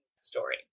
story